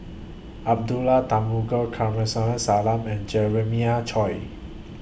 Abdullah Tarmugi Kamsari Salam and Jeremiah Choy